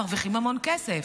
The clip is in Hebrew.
הם מרוויחים המון כסף.